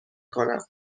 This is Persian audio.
کنم